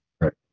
right